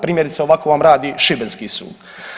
Primjerice ovako vam radi šibenski sud.